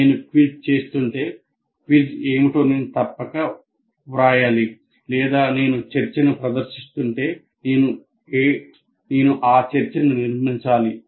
నేను క్విజ్ చేస్తుంటే క్విజ్ ఏమిటో నేను తప్పక వ్రాయాలి లేదా నేను చర్చను ప్రదర్శిస్తుంటే నేను ఆ చర్చను నిర్మించాలి